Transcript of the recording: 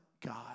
God